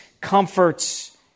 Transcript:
comforts